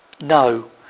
No